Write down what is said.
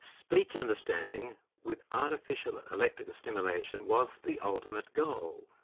speech understanding with artificial electrical stimulation was the ultimate goal.